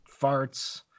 farts